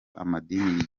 amadini